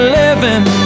living